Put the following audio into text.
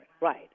Right